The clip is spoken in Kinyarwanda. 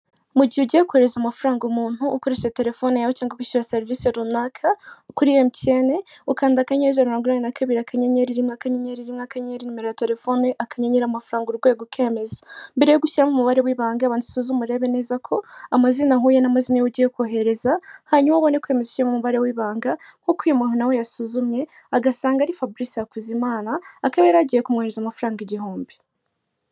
Mu gihe ugiye kohereza amafaranga umuntu ukoresha telefone yawe cyangwa wishyura serivisi runaka, kuri emutiyene ukanda akanyeri ijana na mirongo na kabiri akanyenyeri rimwe akanyenyeri rimwe nka akanyeri nimero ya telefone akanyenyeri amafaranga urwego ukemeza, mbere yo gushyiramo umubare w'ibanga banza usuzumye urebe neza ko amazina ahuye n'amazina ugiye kohereza, hanyuma ubone ko memisiyo umubare w'ibanga, nkuko uyu muntu yasuzumye agasanga ari fabrice hakuzimana akaba yari agiye kumwoherereza amafaranga igihumbi.